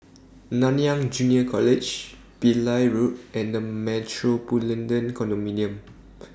Nanyang Junior College Pillai Road and The Metropolitan